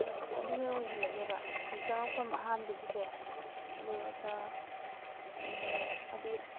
ꯍꯣꯏ ꯑꯗꯨꯅ ꯑꯣꯏꯍꯜꯂꯅꯦꯕ ꯍꯦꯛ ꯆꯪꯉꯛꯐꯝ ꯑꯍꯥꯟꯕꯒꯤꯁꯦ ꯑꯗꯨꯒ ꯎꯝ ꯍꯥꯏꯗꯤ